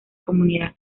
comunidad